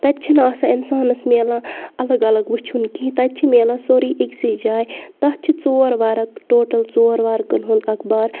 تَتہِ چھِنہٕ آسان اِنسانَس میلان اَلگ اَلگ وٕچھُن کینٛہہ تَتہِ چھِ میلان سورُے ٲکۍسٕے جایہِ تَتھ چھِ ژور وَرق ٹوٹَل ژور وَرقَن ہُنٛد اَخبار